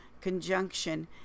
conjunction